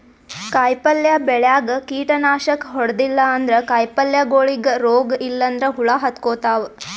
ಕಾಯಿಪಲ್ಯ ಬೆಳ್ಯಾಗ್ ಕೀಟನಾಶಕ್ ಹೊಡದಿಲ್ಲ ಅಂದ್ರ ಕಾಯಿಪಲ್ಯಗೋಳಿಗ್ ರೋಗ್ ಇಲ್ಲಂದ್ರ ಹುಳ ಹತ್ಕೊತಾವ್